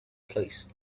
place